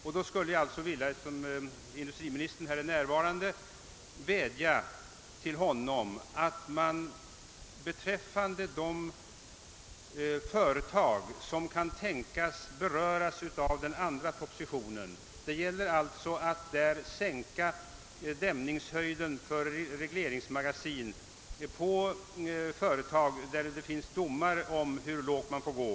Eftersom industriministern är närvarande i kammaren skulle jag vilja vädja till honom att man bekantgör de företag som kan tänkas beröras av proposition 48. Däri föreslås en sänkning av dämningshöjden för regleringsmagasin vid företag där det finns domar på hur lågt man får gå.